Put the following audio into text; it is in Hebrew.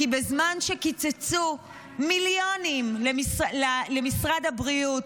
בזמן שקיצצו מיליונים למשרד הבריאות,